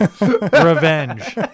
revenge